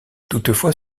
toutefois